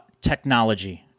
technology